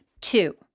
Two